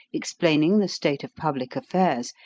explaining the state of public affairs,